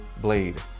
blade